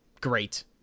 great